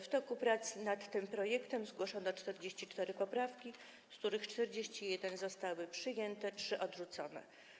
W toku prac nad tym projektem zgłoszono 44 poprawki, z których 41 przyjęto, 3 odrzucono.